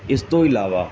ਇਸ ਤੋਂ ਇਲਾਵਾ